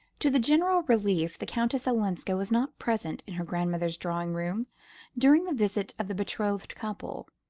to the general relief the countess olenska was not present in her grandmother's drawing-room during the visit of the betrothed couple.